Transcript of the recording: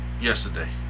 yesterday